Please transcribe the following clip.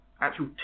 actual